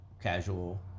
casual